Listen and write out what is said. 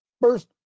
first